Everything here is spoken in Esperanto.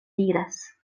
diras